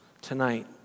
tonight